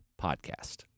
podcast